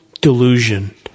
Delusion